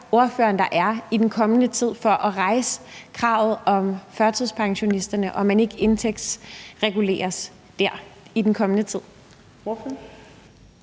ordføreren at der er i den kommende tid for at rejse kravet vedrørende førtidspensionisterne, og at man ikke skal indtægtsreguleres dér? Kl. 15:46 Fjerde